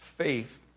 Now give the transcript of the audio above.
Faith